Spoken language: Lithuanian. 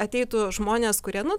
ateitų žmonės kurie nu